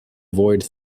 avoid